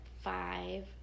five